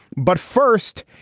but first,